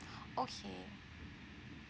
okay